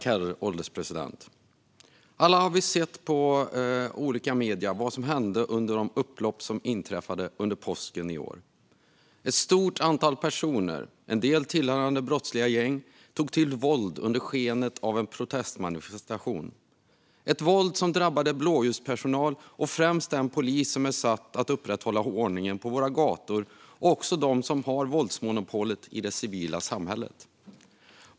Herr ålderspresident! Alla har vi sett i olika medier vad som hände under de upplopp som inträffade under påsken i år. Ett stort antal personer, en del tillhörande brottsliga gäng, tog till våld under skenet av en protestmanifestation. Det var ett våld som drabbade blåljuspersonal och främst den polis som är satt att upprätthålla ordningen på våra gator och också har våldsmonopolet i det civila samhället.